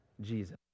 Jesus